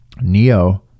Neo